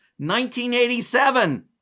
1987